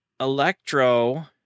Electro